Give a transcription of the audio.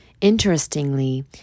Interestingly